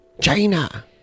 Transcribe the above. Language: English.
China